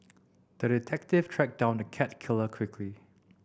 the detective tracked down the cat killer quickly